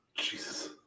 Jesus